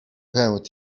pęd